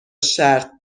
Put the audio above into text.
شرط